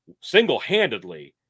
single-handedly